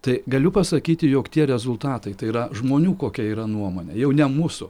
tai galiu pasakyti jog tie rezultatai tai yra žmonių kokia yra nuomonė jau ne mūsų